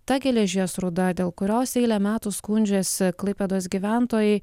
ta geležies rūda dėl kurios eilę metų skundžiasi klaipėdos gyventojai